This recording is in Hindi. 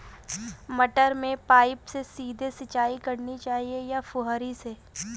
मटर में पाइप से सीधे सिंचाई करनी चाहिए या फुहरी से?